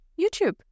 YouTube